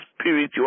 spiritual